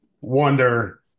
wonder